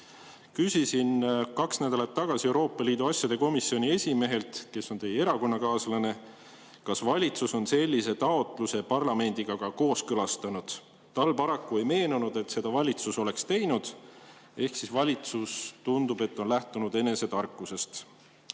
2050.Küsisin kaks nädalat tagasi Euroopa Liidu asjade komisjoni esimehelt, kes on teie erakonnakaaslane, kas valitsus on sellise taotluse parlamendiga kooskõlastanud. Talle paraku ei meenunud, et seda valitsus oleks teinud. Ehk siis valitsus, tundub, on lähtunud enese tarkusest.